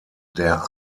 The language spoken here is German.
der